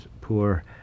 poor